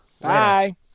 Bye